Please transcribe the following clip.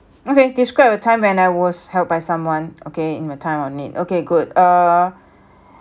okay describe a time when I was helped by someone okay in my time of need okay good uh